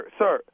sir